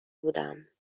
بودم